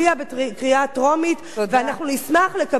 ואנחנו נשמח לקבל את כל ההסתייגויות שלכם.